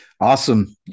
Awesome